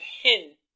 hint